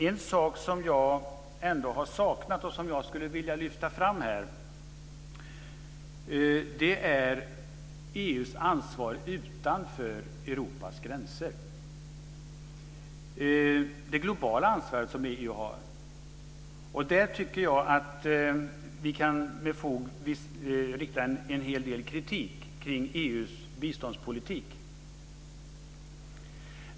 En sak som jag har saknat och som jag skulle vilja lyfta fram är EU:s ansvar utanför Europas gränser, det globala ansvar som EU har. Jag tycker att vi med fog kan rikta en hel del kritik mot EU:s biståndspolitik.